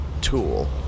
tool